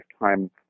lifetime